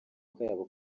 akayabo